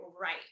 right